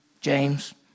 James